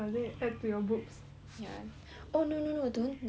oh no no no don't cut away her boobs just add on